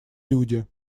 люди